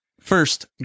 first